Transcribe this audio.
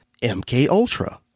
MKUltra